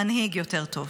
מנהיג יותר טוב.